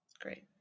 Great